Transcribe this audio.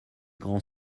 grands